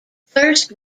first